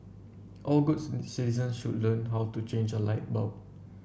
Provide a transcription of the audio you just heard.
all good citizens should learn how to change a light bulb